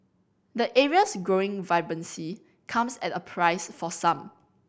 the area's growing vibrancy comes at a price for some